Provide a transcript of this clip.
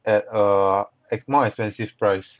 at err at more expensive price